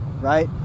right